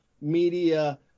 media